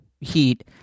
heat